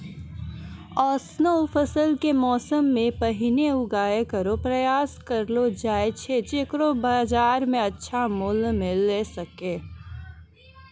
ऑसनो फसल क मौसम सें पहिने उगाय केरो प्रयास करलो जाय छै जेकरो बाजार म अच्छा मूल्य मिले सके